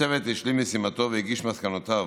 הצוות השלים את משימתו והגיש את מסקנותיו